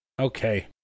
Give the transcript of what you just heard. Okay